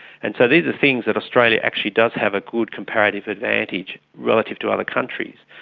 and so these are things that australia actually does have a good comparative advantage relative to other countries.